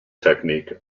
technique